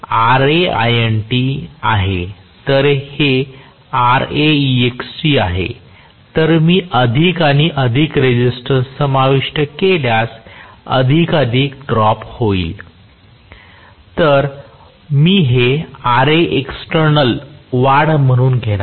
तर हे आहे मी अधिक आणि अधिक रेसिस्टन्स समाविष्ट केल्यास अधिकाधिक ड्रॉप होईल तर हे मी Ra एक्सटेर्नल वाढ म्हणून घेणार आहे